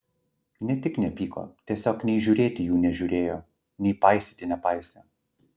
ne tik nepyko tiesiog nei žiūrėti jų nežiūrėjo nei paisyti nepaisė